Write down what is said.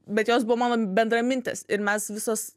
bet jos buvo mano bendramintės ir mes visos